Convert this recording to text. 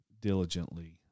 diligently